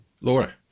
Laura